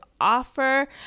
offer